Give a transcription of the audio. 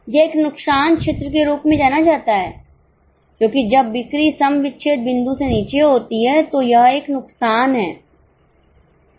यह एक नुकसान क्षेत्र के रूप में जाना जाता है क्योंकि जब बिक्री सम विच्छेद बिंदु से नीचे होती है तो यह एक नुकसान है मुझेसमझ रहे हैं